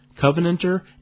Covenanter